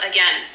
Again